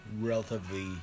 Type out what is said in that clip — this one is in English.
relatively